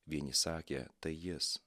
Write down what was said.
vieni sakė tai jis